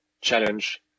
challenge